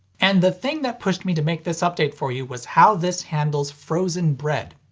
and the thing that pushed me to make this update for you was how this handles frozen bread.